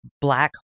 black